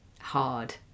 hard